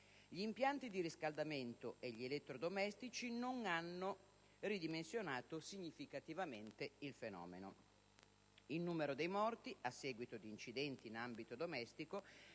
gli impianti di riscaldamento e gli elettrodomestici, ma non hanno ridimensionato significativamente il fenomeno. Il numero dei morti a seguito di incidente in ambito domestico